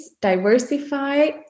Diversify